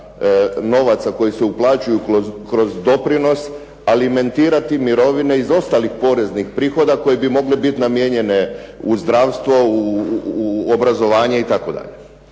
novaca koji se uplaćuju u doprinos alimentirati mirovine iz ostalih poreznih prihoda koji bi mogli biti namijenjene u zdravstvo, obrazovanje itd.